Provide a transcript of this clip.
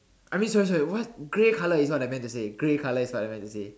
I mean sorry sorry what grey colour is what I meant to say grey colour is what I meant to say